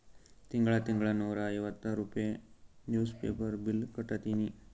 ತಿಂಗಳಾ ತಿಂಗಳಾ ನೂರಾ ಐವತ್ತ ರೂಪೆ ನಿವ್ಸ್ ಪೇಪರ್ ಬಿಲ್ ಕಟ್ಟತ್ತಿನಿ